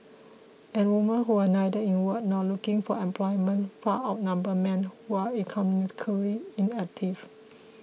and woman who are neither in work nor looking for employment far outnumber men who are economically inactive